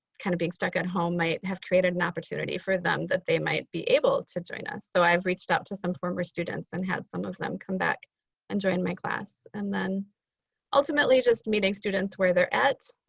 kind of being stuck at home might have created an opportunity for them that they might be able to join us. so i've reached out to some former students and had some of them come back and join my class. and then ultimately just meeting students where they're at.